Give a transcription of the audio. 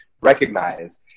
recognize